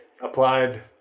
applied